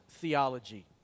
theology